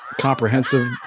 comprehensive